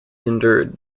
endured